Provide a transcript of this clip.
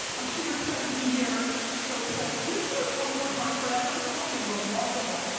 i'm super excited to be here, so excited. can we hear it one more time for that? that was fucking remarkable.